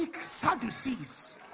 Sadducees